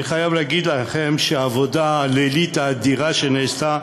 אני חייב להגיד לכם שהעבודה הלילית האדירה שנעשתה